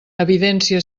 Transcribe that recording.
evidència